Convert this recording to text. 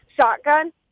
shotgun